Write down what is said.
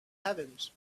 heavens